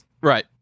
Right